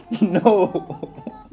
No